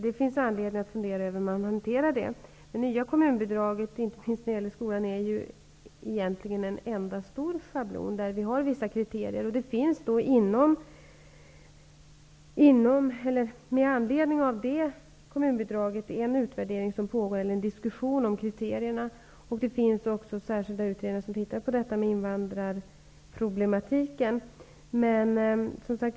Det finns anledning att fundera hur man hanterar det. Det nya kommunbidraget, inte minst när det gäller skolan, är ju egentligen en enda stor schablon med vissa kriterier, och med anledning därav pågår en diskussion om dessa kriterier. En särskild utredning pågår också om invandrarproblematiken.